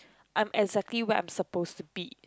I'm exactly where am I supposed to be